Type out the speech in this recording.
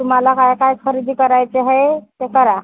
तुम्हाला काय काय खरेदी करायचे आहे ते करा